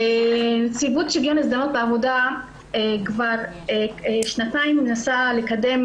נציבות שוויון הזדמנויות בעבודה כבר שנתיים מנסה לקדם